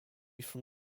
from